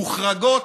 מוחרגות,